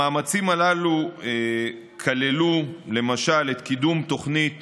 המאמצים הללו כללו, למשל, את קידום תוכנית